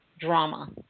drama